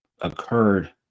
occurred